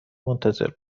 منتظر